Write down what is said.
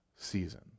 season